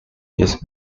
his